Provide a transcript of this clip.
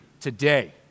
today